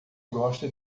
gosta